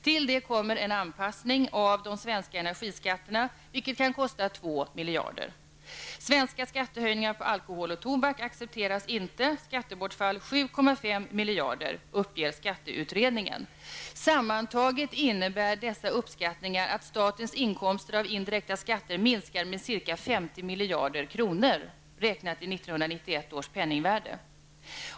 Till det kommer en anpassning av de svenska energiskatterna, vilket kan kosta 2 miljarder. Svenska skattehöjningar på alkohol och tobak accepteras inte -- skattebortfall 7,5 miljarder kronor, uppger skatteutredningen. Sammantaget innebär dessa uppskattningar att statens inkomster av indirekta skatter minskar med ca 50 miljarder kronor, räknat i 1991 års penningvärde.